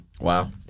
Wow